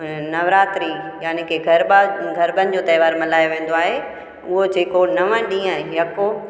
हुन में नवरात्रि यानी की ग़रबनि जो तहिंवार मल्हायो वेंदो आहे उहो जेको नव ॾींहं यको